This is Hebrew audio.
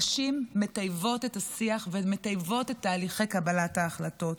נשים מטייבות את השיח ומטייבות את תהליכי קבלת ההחלטות.